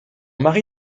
mari